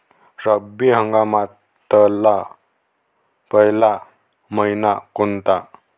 रब्बी हंगामातला पयला मइना कोनता?